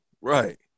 Right